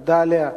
בעד, 11,